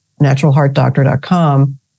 naturalheartdoctor.com